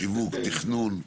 שיווק, תכנון.